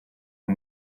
uwo